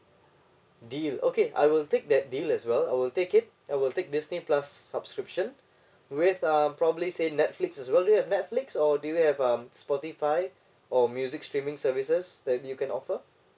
deal okay I will take that deal as well I will take it I will take Disney plus subscription with uh probably say Netflix as well you have Netflix or do you have um Spotify or music streaming services that you can offer